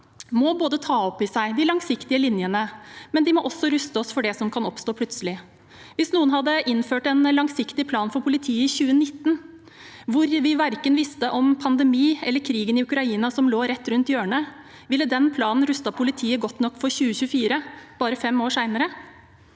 må ta opp i seg de langsiktige linjene, men den må også ruste oss for det som kan oppstå plutselig. Hvis noen hadde innført en langsiktig plan for politiet i 2019, da vi ikke visste om verken pandemien eller krigen i Ukraina som lå rett rundt hjørnet, ville den planen rustet politiet godt nok for 2024, bare fem år senere?